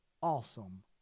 awesome